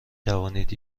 توانید